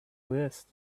list